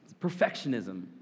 Perfectionism